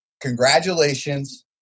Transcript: Congratulations